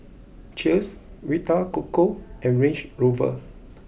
Cheers Vita Coco and Range Rover